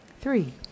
Three